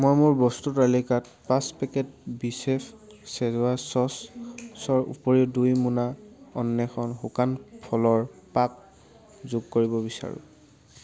মই মোৰ বস্তুৰ তালিকাত পাঁচ পেকেট বিচেফ শ্বেজৱান চচৰ উপৰিও দুই মোনা অন্বেষণ শুকান ফলৰ পাক যোগ কৰিব বিচাৰোঁ